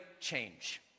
change